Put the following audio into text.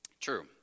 True